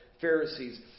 Pharisees